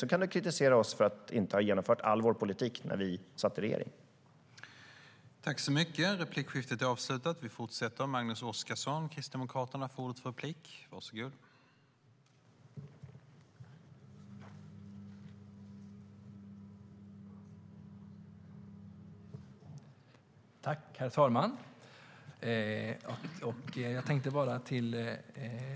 Sedan kan du kritisera oss för att vi inte genomförde all vår politik när vi satt i regeringen.